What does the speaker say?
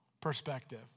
perspective